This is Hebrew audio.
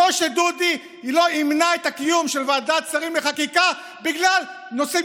לא שדודי ימנע את הקיום של ועדת שרים לחקיקה בגלל נושאים